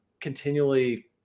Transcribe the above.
continually